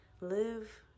live